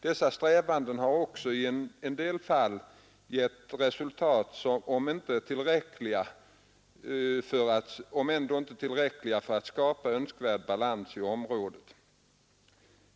Dessa strävanden har också i en hel del fall gett resultat, om än inte tillräckliga för att skapa önskvärd balans i området.